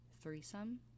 threesome